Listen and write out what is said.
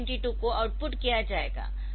192 को आउटपुट किया जाएगा